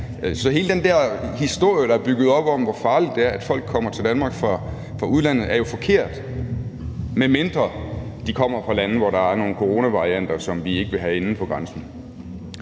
den der historie, der er bygget op, om, hvor farligt det er, at folk kommer til Danmark fra udlandet, er jo forkert, medmindre de kommer fra lande, hvor der er nogle coronavarianter, som vi ikke vil have inden for grænsen.